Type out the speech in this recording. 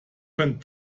könnte